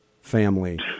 family